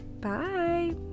bye